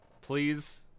Please